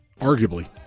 arguably